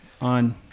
on